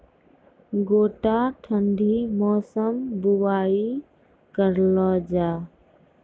गोटा ठंडी मौसम बुवाई करऽ लो जा?